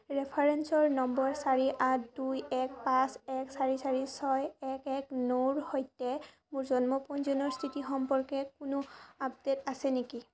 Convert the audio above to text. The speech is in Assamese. ৰেফাৰেন্স নম্বৰ চাৰি আঠ দুই এক পাঁচ এক চাৰি চাৰি ছয় এক এক নৰ সৈতে মোৰ জন্ম পঞ্জীয়নৰ স্থিতি সম্পৰ্কে কোনো আপডেট আছে নেকি